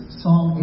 Psalm